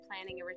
planning